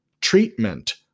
treatment